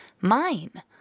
mine